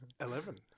Eleven